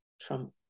trump